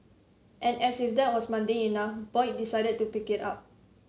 and as if that was mundane enough Boyd decided to pick it up